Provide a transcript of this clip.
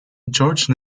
george